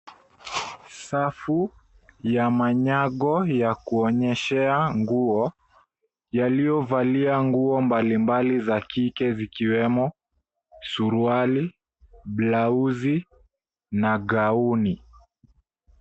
Safu ya manyago ya kuonyeshea nguo yaliyovalia nguo mbalimbali za kike zikiwemo suruali, blauzi na gauni.